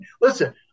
Listen